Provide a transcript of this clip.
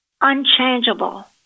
Unchangeable